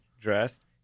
dressed